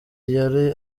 yari